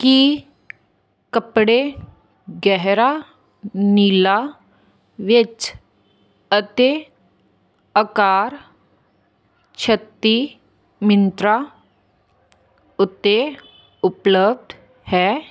ਕੀ ਕੱਪੜੇ ਗਹਿਰਾ ਨੀਲਾ ਵਿੱਚ ਅਤੇ ਅਕਾਰ ਛੱਤੀ ਮੰਤਰਾ ਉੱਤੇ ਉਪਲਬਧ ਹੈ